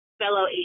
fellow